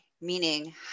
Meaning